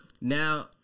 Now